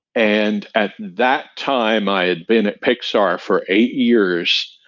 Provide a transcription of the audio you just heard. and at that time, i had been at pixar for eight years,